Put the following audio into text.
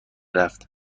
رفت